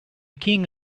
king